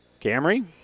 Camry